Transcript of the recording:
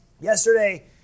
Yesterday